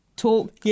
talk